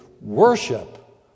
worship